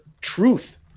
truth